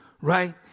right